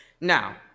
Now